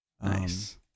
Nice